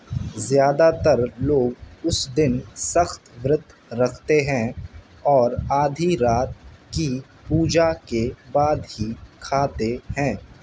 زیادہ تر لوگ اس دن سخت ورت رکھتے ہیں اور آدھی رات کی پوجا کے بعد ہی کھاتے ہیں